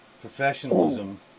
professionalism